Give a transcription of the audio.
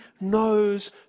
knows